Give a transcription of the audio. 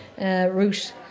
route